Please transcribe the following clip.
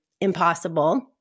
impossible